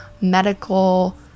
medical